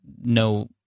no